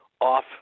off